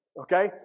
okay